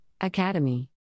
Academy